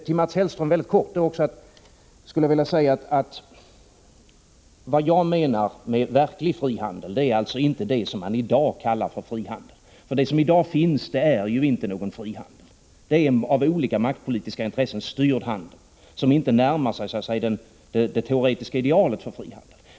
Jag vill också helt kort säga till Mats Hellström att vad jag menar med verklig frihandel är inte det som man i dag kallar för frihandel. Det som i dag finns är inte någon fri handel utan en av olika maktpolitiska intressen styrd handel, som inte närmar sig de teoretiska idealen för fri handel.